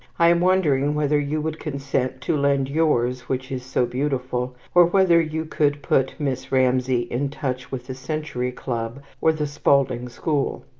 i am wondering whether you would consent to lend yours, which is so beautiful, or whether you could put miss ramsay in touch with the century club, or the spalding school.